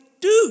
dude